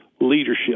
leadership